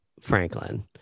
franklin